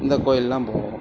இந்த கோயில்லாம் போவோம்